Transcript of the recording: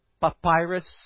papyrus